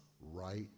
right